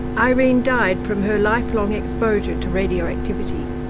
irene died from her lifelong exposure to radioactivity.